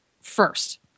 first